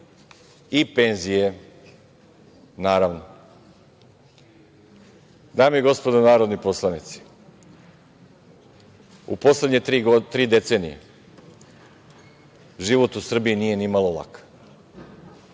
i penzije, naravno. Dame i gospodo narodni poslanici, u poslednje tri decenije život u Srbiji nije ni malo lak.